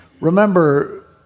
Remember